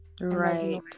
Right